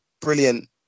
brilliant